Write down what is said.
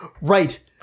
Right